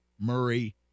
Murray